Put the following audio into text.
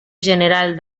general